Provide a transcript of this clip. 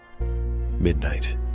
Midnight